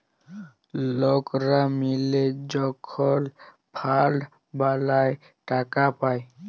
লকরা মিলে যখল ফাল্ড বালাঁয় টাকা পায়